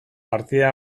partida